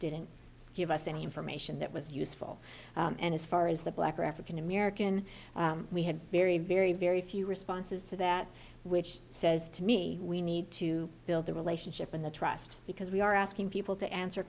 didn't give us any information that was useful and as far as the black or african american we had very very very few responses to that which says to me we need to build the relationship in the trust because we are asking people to answer